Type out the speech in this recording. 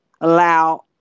allow